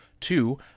Two